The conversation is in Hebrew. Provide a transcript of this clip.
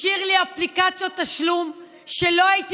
השאיר לי אפליקציות תשלום שלא הייתי